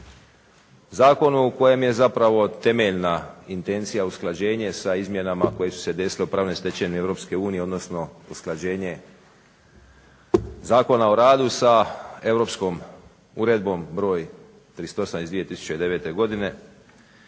zakonu u kojem je temeljna intencija usklađenje sa izmjenama koje su se desile u pravnoj stečevini EU odnosno usklađenje Zakona o radu sa europskom uredbom br. 38/2009.godine